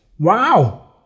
Wow